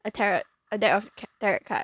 a tarot a deck of tarot card